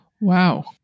Wow